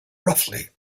roughly